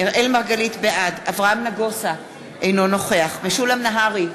בעד אברהם נגוסה, אינו נוכח משולם נהרי,